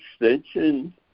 extension